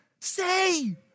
say